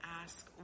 ask